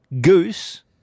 Goose